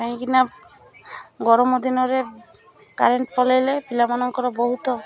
କାହିଁକିନା ଗରମ ଦିନରେ କରେଣ୍ଟ ପଳେଇଲେ ପିଲାମାନଙ୍କର ବହୁତ